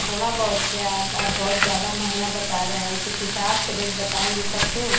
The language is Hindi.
थोड़ा बहुत क्या आप बहुत ज़्यादा महँगा बता रहे हैं कुछ हिसाब से रेट बताएँगे तब तो